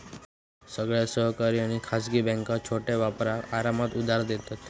सगळ्या सरकारी आणि खासगी बॅन्का छोट्या व्यापारांका आरामात उधार देतत